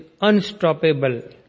unstoppable